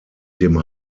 dem